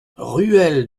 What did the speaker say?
ruelle